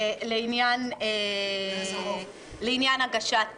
97. יש שלושה סעיפים שאבקש לסיים איתם,